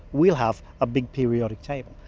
we'll have a big periodic table.